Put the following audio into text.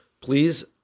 Please